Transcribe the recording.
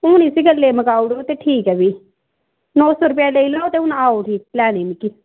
हून इस गल्लै गी मकाई ओड़े ते ठीक ऐ फ्ही नौ सौ रपेआ लेई लैओ ते हून आओ उठी लैने ई मिकी